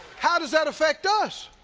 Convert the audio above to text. how does that affect us?